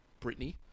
Britney